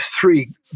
three